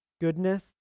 goodness